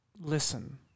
listen